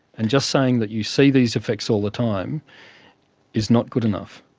and just saying that you see these effects all the time is not good enough.